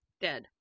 Dead